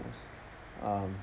um